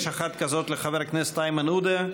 יש אחת כזאת לחבר הכנסת איימן עודה,